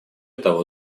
того